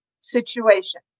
situation